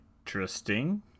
Interesting